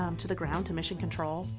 um to the ground, to mission control.